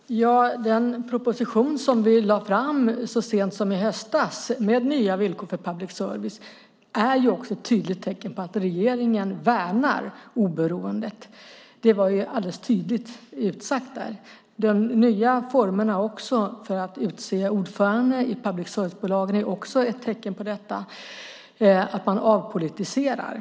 Fru talman! Den proposition som vi lade fram så sent som i höstas med nya villkor för public service är också ett tydligt tecken på att regeringen värnar oberoendet. Det var alldeles tydligt utsagt där. Också de nya formerna för att utse ordförande i public service-bolagen är ett tecken på att man avpolitiserar.